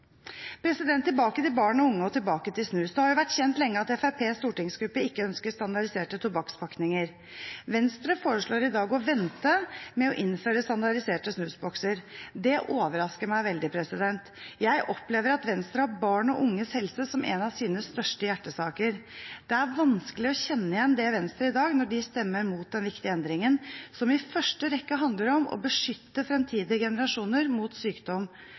Tilbake til barn og unge, og tilbake til snus. Det har jo vært kjent lenge at Fremskrittspartiets stortingsgruppe ikke ønsker standardiserte tobakkspakninger. Venstre foreslår i dag å vente med å innføre standardiserte snusbokser. Det overrasker meg veldig. Jeg opplever at Venstre har barn og unges helse som en av sine største hjertesaker. Det er vanskelig å kjenne igjen det Venstre i dag, når de stemmer mot den viktige endringen, som i første rekke handler om å beskytte fremtidige generasjoner mot sykdom